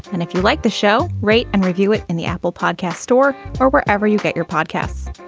and if you like the show rate and review it in the apple podcast store or wherever you get your podcasts.